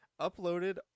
uploaded